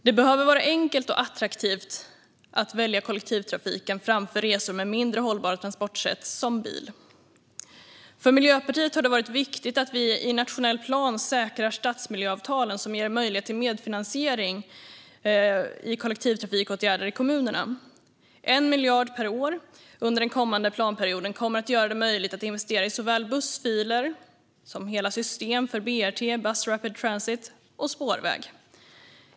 Det behöver vara enkelt och attraktivt att välja kollektivtrafiken framför resor med mindre hållbara transportsätt som bil. För Miljöpartiet har det varit viktigt att vi i den nationella planen säkrar stadsmiljöavtalen som ger möjlighet till medfinansiering i kollektivtrafikåtgärder i kommunerna. 1 miljard per år under den kommande planperioden kommer att göra det möjligt att investera i såväl bussfiler som hela system för BRT, alltså bus rapid transit, och spårväg.